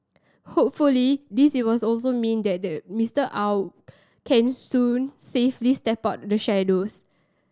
hopefully this was also mean that the Mister Aw can soon safely step out the shadows